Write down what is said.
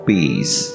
Peace